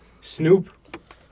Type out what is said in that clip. Snoop